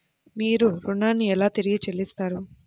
మీరు ఋణాన్ని ఎలా తిరిగి చెల్లిస్తారు?